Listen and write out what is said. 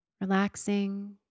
relaxing